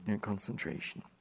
concentration